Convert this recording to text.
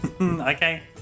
okay